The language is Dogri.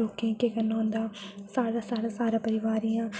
लोके केह् करना होंदा साढ़ा सारा परिवार इ'यां